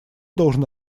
должен